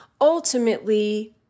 ultimately